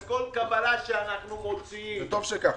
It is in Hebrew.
על כל קבלה שאנחנו מוציאים, וטוב שכך.